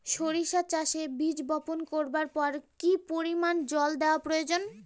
সরিষা চাষে বীজ বপন করবার পর কি পরিমাণ জল দেওয়া প্রয়োজন?